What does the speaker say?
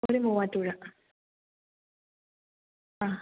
ഒരു മൂവാറ്റുപുഴ